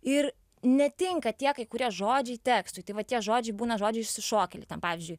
ir netinka tie kai kurie žodžiai tekstui tai va tie žodžiai būna žodžiai išsišokėliai ten pavyzdžiui